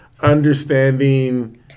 understanding